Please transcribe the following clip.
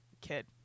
kid